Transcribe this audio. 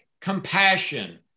compassion